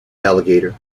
alligator